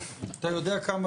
אתה יודע כמה